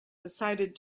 decided